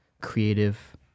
creative